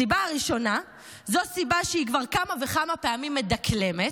הסיבה הראשונה זו סיבה שהיא כבר כמה וכמה פעמים מדקלמת,